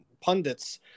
pundits